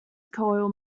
coal